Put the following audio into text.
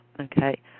okay